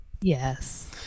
Yes